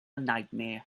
nightmare